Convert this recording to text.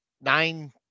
nine